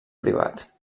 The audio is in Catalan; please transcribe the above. privat